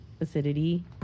Acidity